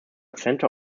center